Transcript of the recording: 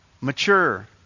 mature